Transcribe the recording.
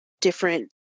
different